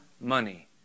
money